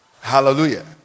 hallelujah